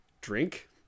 Drink